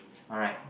alright